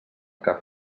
cap